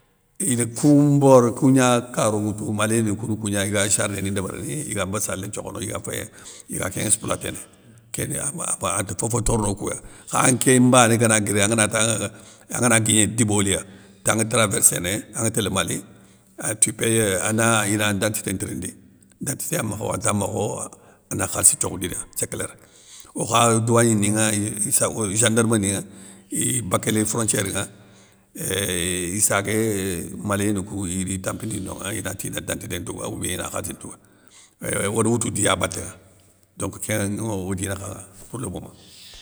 Ine koun mbole kougna karo nŋwoutou malien ni kou gna iga sardé ni ndébérini, iga bassalé nthiokhono iga féyé, iga kén exploiténé, kéni ya awa aba ante fofo torono kouwa, khanké mbané gana guiri angana tanŋe angana kigné diboliya, tanŋa traverséné anŋe télé mali an tu paye, ana ina dantité ntirindi, dantité ya makha wo anta makha wo, ana khalissi nthiokhoundina sé claire. Okha douanien ni gendarmeni ŋa iy bakéli frontiére nŋa, éuuh issagué malien ni kou ini tan mpidini nonŋa inati na dantité ntouga oubien ina khalssi ntouga. Euuuh ode woutou diya baténŋa, donc kénŋo odi nakhanŋa pour le moment.